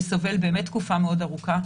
שסובל באמת תקופה מאוד ארוכה,